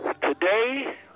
Today